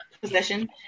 possession